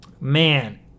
man